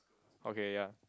okay ya